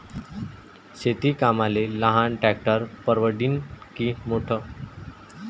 शेती कामाले लहान ट्रॅक्टर परवडीनं की मोठं?